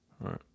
right